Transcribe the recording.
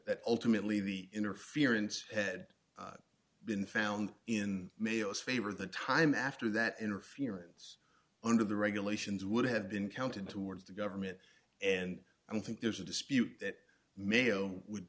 that ultimately the interference head been found in males favor the time after that interference under the regulations would have been counted towards the government and i don't think there's a dispute that mayo would